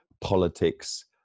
politics